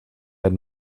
had